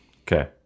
Okay